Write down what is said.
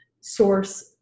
source